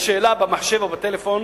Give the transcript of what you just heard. שאלה במחשב או בטלפון: